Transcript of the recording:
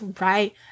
right